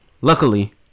Luckily